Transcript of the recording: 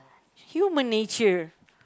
human nature